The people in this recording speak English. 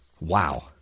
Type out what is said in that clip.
Wow